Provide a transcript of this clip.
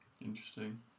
Interesting